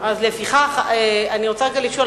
אז לפיכך אני רוצה רגע לשאול,